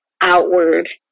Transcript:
outward